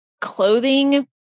clothing